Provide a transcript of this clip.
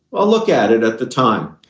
i'll look at it at the time.